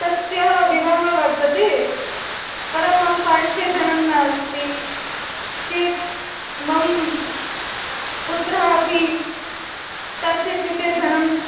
तस्य विवाहः वर्तते परं मम पार्श्वे धनं नास्ति के मम पुत्राः अपि तस्य कृते धनम्